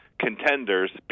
contenders